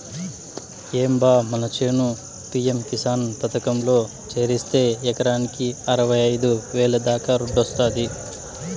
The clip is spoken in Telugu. ఏం బా మన చేను పి.యం కిసాన్ పథకంలో చేరిస్తే ఎకరాకి అరవైఐదు వేల దాకా దుడ్డొస్తాది